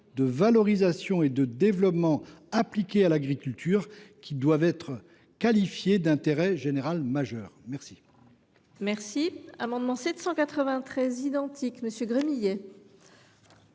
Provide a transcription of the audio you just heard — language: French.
de valorisation et de développement appliquées à l’agriculture qui doivent être qualifiées d’intérêt général majeur. La